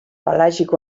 pelàgic